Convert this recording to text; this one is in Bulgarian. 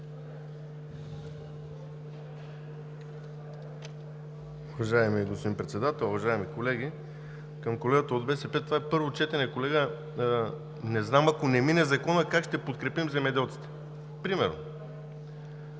Уважаеми господин Председател, уважаеми колеги! Към колегата от БСП – това е първо четене, колега. Не знам, ако не мине Законът, как ще подкрепим земеделците? Примерно.